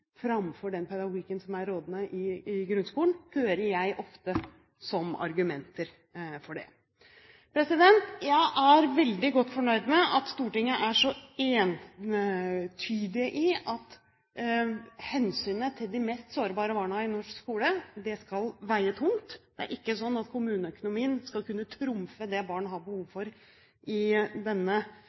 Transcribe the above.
framfor den pedagogikken som er rådende i grunnskolen, hører jeg ofte som argumenter for det. Jeg er veldig godt fornøyd med at Stortinget entydig mener at hensynet til de mest sårbare barna i norsk skole skal veie tungt. Det er ikke sånn at kommuneøkonomien skal kunne trumfe det barn har behov for i denne